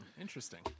Interesting